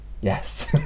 yes